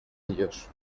ellos